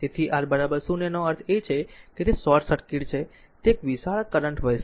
તેથી R 0 નો અર્થ એ છે કે તે શોર્ટ સર્કિટ છે તે એક વિશાળ કરંટ વહેશે